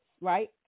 right